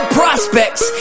prospects